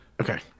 Okay